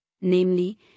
namely